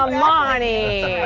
um money.